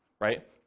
right